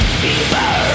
fever